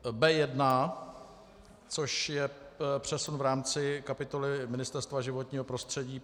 B1, což je přesun v rámci kapitoly Ministerstva životního prostředí.